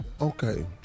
Okay